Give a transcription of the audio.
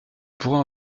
pourrais